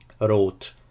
wrote